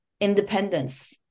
independence